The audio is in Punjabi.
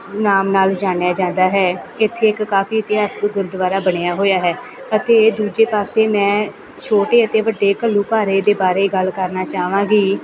ਨਾਮ ਨਾਲ ਜਾਣਿਆ ਜਾਂਦਾ ਹੈ ਇੱਥੇ ਇੱਕ ਕਾਫ਼ੀ ਇਤਿਹਾਸਿਕ ਗੁਰਦੁਆਰਾ ਬਣਿਆ ਹੋਇਆ ਹੈ ਅਤੇ ਇਹ ਦੂਜੇ ਪਾਸੇ ਮੈਂ ਛੋਟੇ ਅਤੇ ਵੱਡੇ ਘੱਲੂਘਾਰੇ ਦੇ ਬਾਰੇ ਗੱਲ ਕਰਨਾ ਚਾਹਵਾਂਗੀ